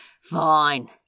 Fine